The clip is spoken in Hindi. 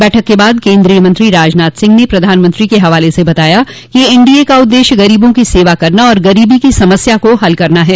बैठक के बाद केंद्रीय मंत्री राजनाथ सिंह ने प्रधानमंत्री के हवाले से बताया कि एनडीए का उद्देश्य गरीबों की सेवा करना और गरीबी की समस्या को हल करना है